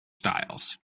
styles